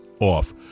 off